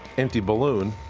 empty balloon.